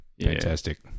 fantastic